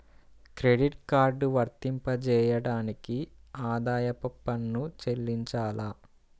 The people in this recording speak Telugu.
క్రెడిట్ కార్డ్ వర్తింపజేయడానికి ఆదాయపు పన్ను చెల్లించాలా?